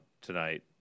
tonight